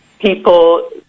people